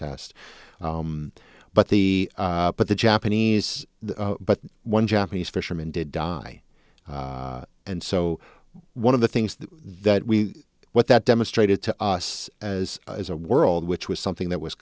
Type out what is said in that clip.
test but the but the japanese but one japanese fisherman did die and so one of the things that we what that demonstrated to us as a world which was something that was